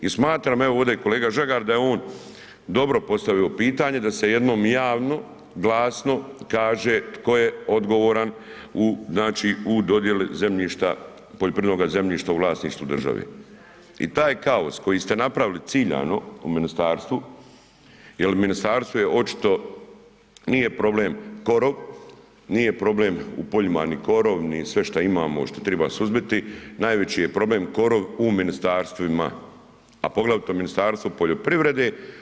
I smatram, evo, ovdje je kolega Žagar, da je on dobro postavio pitanje, da se jednom javno glasno kaže tko je odgovoran u dodijeli zemljišta, poljoprivrednoga zemljišta u vlasništvu države i taj kaos koji ste napravili ciljano u ministarstvu jer ministarstvo je očito, nije problem korov, nije problem u poljima ni korov ni sve što imamo, što treba suzbiti, najveći je problem korov u ministarstvima, a poglavito Ministarstvu poljoprivrede.